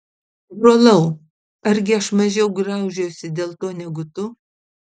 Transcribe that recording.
brolau argi aš mažiau graužiuosi dėl to negu tu